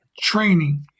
training